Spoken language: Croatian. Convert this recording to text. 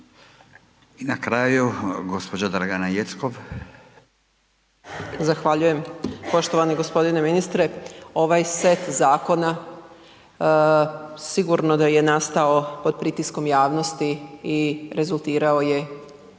Jeckov. **Jeckov, Dragana (SDSS)** Zahvaljujem. Poštovani gospodine ministre. Ovaj set zakona sigurno da je nastao pod pritiskom javnosti i rezultirao je